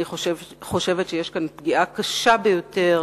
אני חושבת שיש כאן פגיעה קשה ביותר